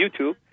YouTube